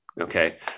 okay